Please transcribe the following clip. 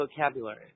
vocabulary